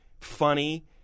funny